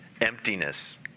emptiness